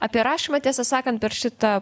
apie rašymą tiesą sakant per šitą